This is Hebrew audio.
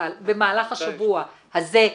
במהלך השבוע הזה,